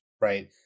right